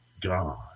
God